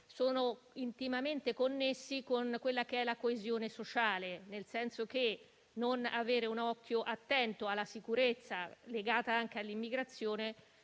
sono intimamente connessi con la coesione sociale, nel senso che non avere un occhio attento alla sicurezza, legata anche all'immigrazione,